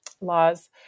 laws